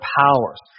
powers